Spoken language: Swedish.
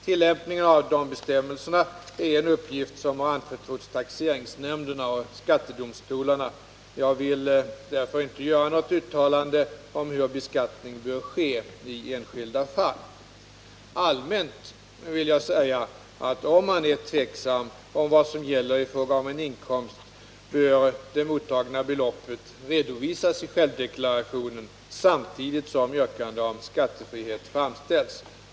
Tillämpningen av dessa bestämmelser är en uppgift som har anförtrotts taxeringsnämnderna och skattedomstolarna. Jag vill därför inte göra något uttalande om hur beskattning bör ske i enskilda fall. Allmänt vill jag säga att om man är tveksam om vad som gäller i fråga om en inkomst bör det mottagna beloppet redovisas i självdeklarationen samtidigt som yrkande om skattefrihet framställs.